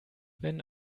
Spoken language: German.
wenn